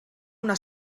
una